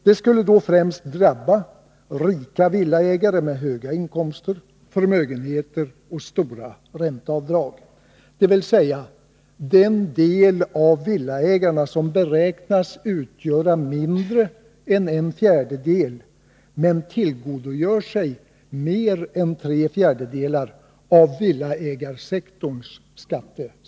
Det skulle då främst drabba rika villaägare med höga inkomster, förmögenheter och stora ränteavdrag, dvs. den del av villaägarna som beräknas utgöra mindre än en fjärdedel men tillgodogör sig mer än tre fjärdedelar av villaägarsektorns skattesubventioner.